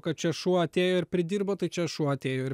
kad čia šuo atėjo ir pridirbo tai čia šuo atėjo ir